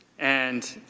and